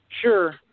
Sure